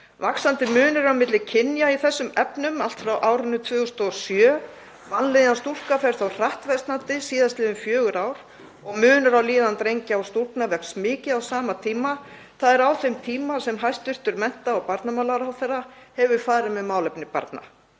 Vaxandi munur er milli kynja í þessum efnum allt frá árinu 2007. Vanlíðan stúlkna fer þó hratt versnandi síðastliðin fjögur ár og munur á líðan drengja og stúlkna vex mikið á sama tíma, þ.e. á þeim tíma sem hæstv. mennta- og barnamálaráðherra hefur farið með málefni barna.